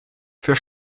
für